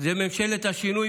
זאת ממשלת השינוי,